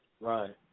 Right